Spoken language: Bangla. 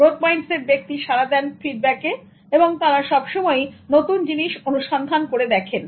গ্রোথ মাইন্ড সেট ব্যক্তি সাড়া দেন ফিডব্যাকে এবং তারা সবসময়ই নতুন জিনিস অনুসন্ধান করে দেখেন